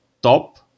top